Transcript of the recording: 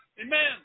Amen